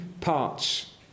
parts